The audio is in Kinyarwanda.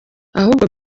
ahubwo